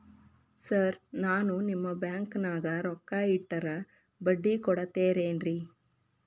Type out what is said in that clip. Sir ನಾನು ನಿಮ್ಮ ಬ್ಯಾಂಕನಾಗ ರೊಕ್ಕ ಇಟ್ಟರ ಬಡ್ಡಿ ಕೊಡತೇರೇನ್ರಿ?